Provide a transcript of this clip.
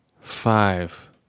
Five